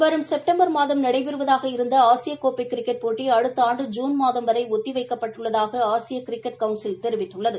வரும் செப்டம்பா் மாதம் நடைபெறுவதாக இருந்த ஆசியக்கோப்பை கிரிக்கெட் போட்டி அடுத்த ஆண்டு ஜூன் மாதம் வரை ஒத்தி வைக்கப்பட்டுள்ளதாக ஆசிய கிரிக்கெட் கவுன்சில் தெரிவித்துள்ளது